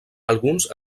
alguns